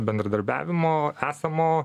bendradarbiavimo esamo